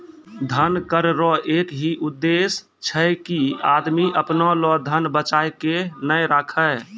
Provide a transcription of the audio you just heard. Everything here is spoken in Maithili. धन कर रो एक ही उद्देस छै की आदमी अपना लो धन बचाय के नै राखै